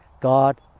God